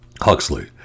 Huxley